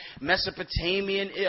Mesopotamian